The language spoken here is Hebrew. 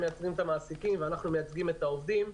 מייצגים את המעסיקים ואנחנו מייצגים את העובדים.